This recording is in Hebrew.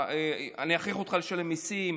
אני אכריח אותך לשלם מיסים,